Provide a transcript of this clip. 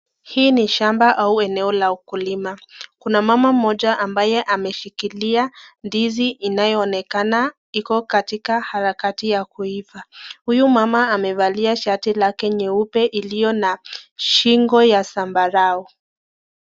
Hii ni shamba au eneo la ukulima. Kuna mama mmoja ambaye ameshikiria ndizi inayonekana iko katika harakati ya kuiva. Huyu mama amevalia shati lake nyeupe ilio na shingo yake ya zabarau